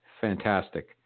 fantastic